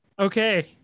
Okay